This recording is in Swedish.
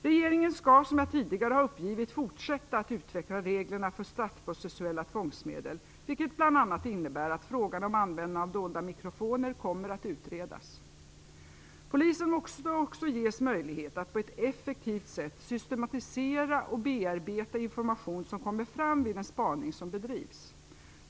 Regeringen skall, som jag tidigare har uppgivit, fortsätta att utveckla reglerna för straffprocessuella tvångsmedel, vilket bl.a. innebär att frågan om användning av dolda mikrofoner kommer att utredas. Polisen måste också ges möjlighet att på ett effektivt sätt systematisera och bearbeta information som kommer fram vid den spaning som bedrivs.